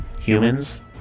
humans